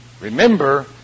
Remember